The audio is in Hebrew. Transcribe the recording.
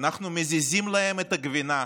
אנחנו מזיזים להם את הגבינה,